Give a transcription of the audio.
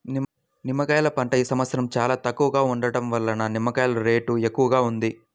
నిమ్మకాయల పంట ఈ సంవత్సరం చాలా తక్కువగా ఉండటం వలన నిమ్మకాయల రేటు ఎక్కువగా ఉంది